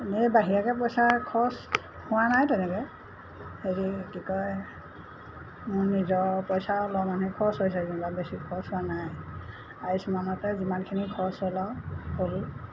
এনে বাহিৰাকৈ পইচা খৰচ হোৱা নাই তেনেকৈ হেৰি কি কয় মোৰ নিজৰ পইচাও লোৱা মানে খৰচ হৈছে যেনিবা বেছি খৰচ হোৱা নাই আয়ুষ্মানতে যিমানখিনি খৰচ হ'ল আৰু হ'ল